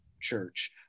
Church